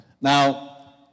Now